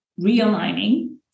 realigning